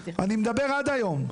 אני מדבר עד היום.